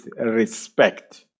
respect